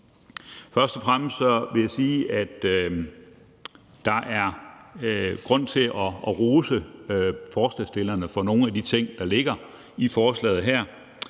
Først og fremmest vil jeg sige, at der er grund til at rose forslagsstillerne for nogle af de ting, der ligger i forslaget her.